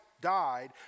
died